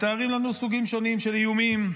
מתארים לנו סוגים שונים של איומים: